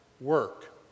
work